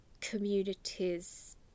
communities